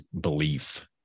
belief